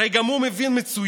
הרי גם הוא מבין מצוין